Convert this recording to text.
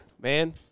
Man